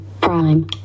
prime